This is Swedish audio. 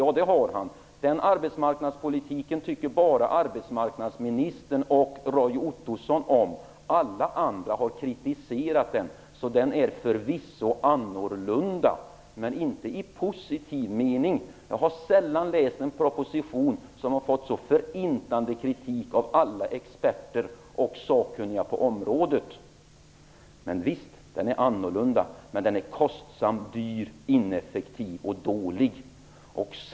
Ja, det har han. Den arbetsmarknadspolitiken tycker bara arbetsmarknadsministern och Roy Ottosson om. Alla andra har kritiserat den, så den är förvisso annorlunda men inte i positiv mening. Jag har sällan läst en proposition som har fått så förintande kritik av alla experter och sakkunniga på området. Men visst, den är annorlunda. Den är dyr, ineffektiv och dålig.